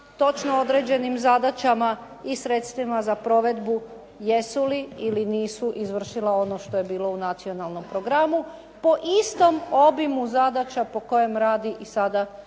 točno određenim zadaćama i sredstvima za provedbu jesu li ili nisu izvršila ono što je bilo u nacionalnom programu, po istom obijmu zadaća po kojem radi i sada